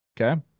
Okay